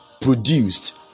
produced